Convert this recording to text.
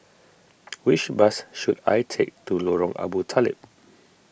which bus should I take to Lorong Abu Talib